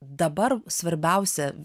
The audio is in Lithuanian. dabar svarbiausia